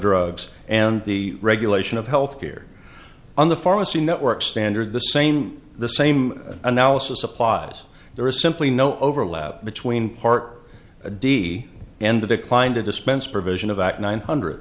drugs and the regulation of health care on the pharmacy network standard the same the same analysis applies there is simply no overlap between part d and the declined to dispense provision of act nine hundred